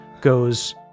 goes